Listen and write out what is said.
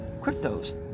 cryptos